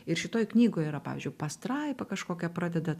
ir šitoj knygoj yra pavyzdžiui pastraipą kažkokią pradedat